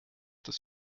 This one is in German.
des